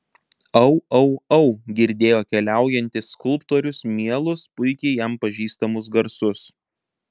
au au au girdėjo keliaujantis skulptorius mielus puikiai jam pažįstamus garsus